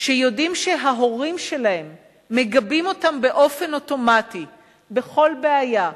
שיודעים שההורים שלהם מגבים אותם באופן אוטומטי בכל בעיה,